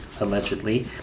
allegedly